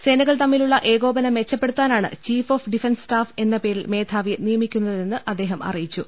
സേനകൾ തമ്മിലുള്ള ഏകോപനം മെച്ചപ്പെടു ത്താനാണ് ചീഫ് ഓഫ് ഡിഫൻസ് സ്റ്റാഫ് എന്ന പേരിൽ മേധാവിയെ നിയമിക്കുന്നതെന്ന് അദ്ദേഹം അറിയിച്ചു